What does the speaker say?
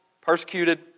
persecuted